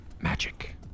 Magic